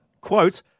quote